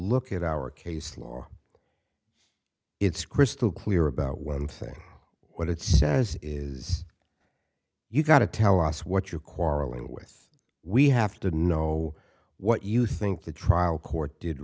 look at our case law it's crystal clear about one thing what it says is you've got to tell us what you quarreling with we have to know what you think the trial court did